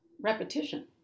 repetition